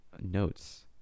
notes